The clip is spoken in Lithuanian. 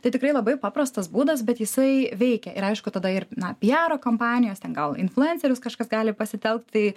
tai tikrai labai paprastas būdas bet jisai veikia ir aišku tada ir na pijaro kampanijos ten gal influencerius kažkas gali pasitelkt tai